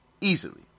easily